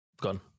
gone